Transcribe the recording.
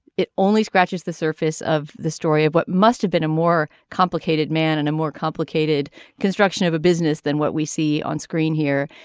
it only scratches the surface of the story of what must have been a more complicated man and a more complicated construction of a business than what we see on screen here.